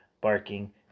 barking